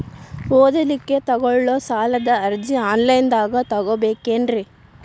ಓದಲಿಕ್ಕೆ ತಗೊಳ್ಳೋ ಸಾಲದ ಅರ್ಜಿ ಆನ್ಲೈನ್ದಾಗ ತಗೊಬೇಕೇನ್ರಿ?